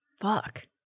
Fuck